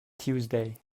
tuesday